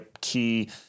key